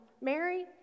Mary